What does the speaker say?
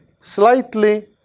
slightly